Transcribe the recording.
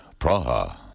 Praha